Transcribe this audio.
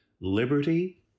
liberty